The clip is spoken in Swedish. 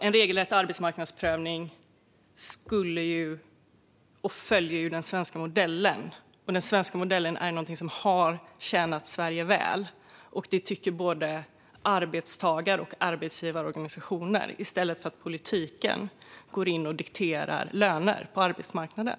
En regelrätt arbetsmarknadsprövning följer ju den svenska modellen, och den svenska modellen är något som har tjänat Sverige väl - det tycker både arbetstagar och arbetsgivarorganisationer - i stället för att politiken går in och dikterar löner på arbetsmarknaden.